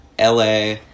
la